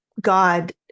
God